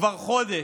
כבר חודש.